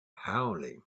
howling